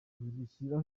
rushyira